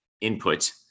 input